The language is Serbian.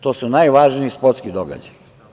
To su najvažniji sportski događaji.